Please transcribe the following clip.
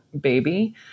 baby